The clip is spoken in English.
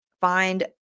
find